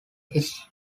his